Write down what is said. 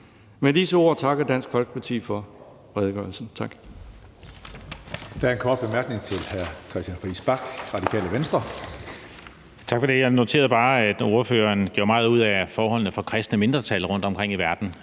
Med disse ord takker Dansk Folkeparti for redegørelsen.